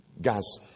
Guys